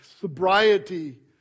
sobriety